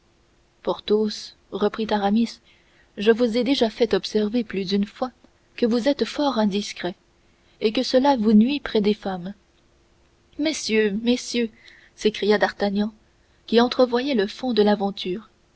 ami porthos reprit aramis je vous ai déjà fait observer plus d'une fois que vous êtes fort indiscret et que cela vous nuit près des femmes messieurs messieurs s'écria d'artagnan qui entrevoyait le fond de l'aventure